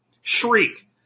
shriek